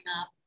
up